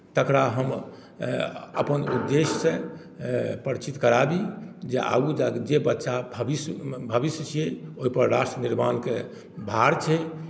तकरा हम अपन उदेश्यसँ परिचित कराबी जे आगू जा कऽ जे बच्चा भविष्य भविष्य छियै ओहिपर राष्ट्र निर्माणके भार छै